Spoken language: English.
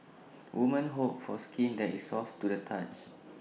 women hope for skin that is soft to the touch